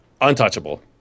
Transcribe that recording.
untouchable